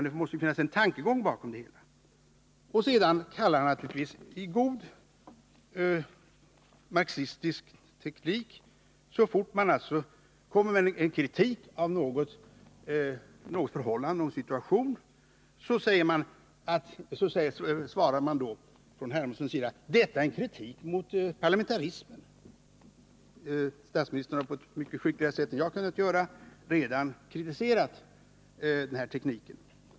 Det måste väl finnas en tankegång bakom det hela. Så fort kritik riktas mot något förhållande svarar herr Hermansson naturligtvis i överensstämmelse med god marxistisk teknik: Detta är kritik mot parlamentarismen. Statsministern har mycket skickligare än jag kan göra det redan kritiserat den här tekniken.